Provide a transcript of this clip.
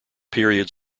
period